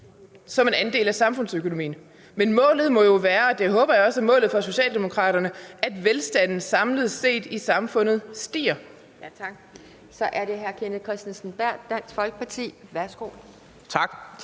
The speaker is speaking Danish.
som en andel af samfundsøkonomien. Men målet må jo være, og det håber jeg også er målet for Socialdemokratiet, at velstanden samlet set i samfundet stiger.